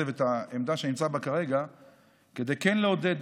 ואת העמדה שאני נמצא בה כרגע כדי לעודד